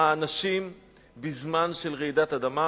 האנשים בזמן של רעידת אדמה,